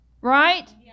Right